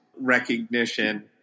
recognition